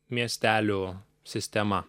miestelių sistema